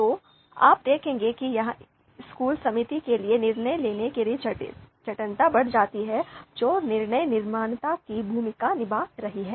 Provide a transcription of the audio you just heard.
तो आप देखेंगे कि यह बढ़ता है स्कूल समिति के लिए निर्णय लेने की जटिलता जो एक निर्णय निर्माता की भूमिका निभा रही है